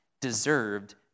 deserved